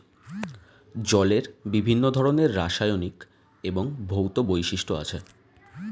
জলের বিভিন্ন ধরনের রাসায়নিক এবং ভৌত বৈশিষ্ট্য আছে